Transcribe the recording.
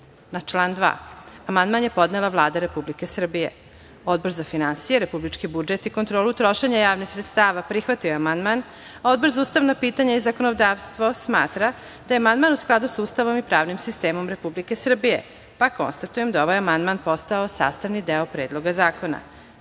član 2. amandman je podnela Vlada Republike Srbije. Odbor za finansije, republički budžet i kontrolu trošenja javnih sredstava prihvatio je amandman, a Odbor za ustavna pitanja i zakonodavstvo smatra da je amandman u skladu sa Ustavom i pravnim sistemom Republike Srbije, pa konstatujem da je ovaj amandman postao sastavni deo Predloga zakona. Da